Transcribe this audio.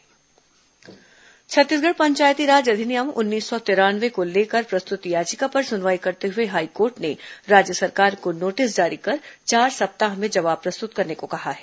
high court Panchayati Raj अधिनियम छत्तीसगढ़ पंचायती राज अधिनियम उन्नीस सौ तिरानवे को लेकर प्रस्तुत याचिका पर सुनवाई करते हुए हाईकोर्ट ने राज्य सरकार को नोटिस जारी कर चार सप्ताह में जवाब प्रस्तुत करने को कहा है